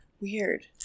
Weird